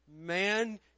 man